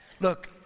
Look